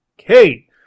Okay